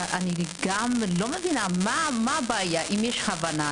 אני גם לא מבינה מה הבעיה אם יש הבנה,